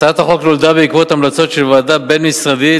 הצעת החוק נולדה בעקבות המלצות של ועדה בין-משרדית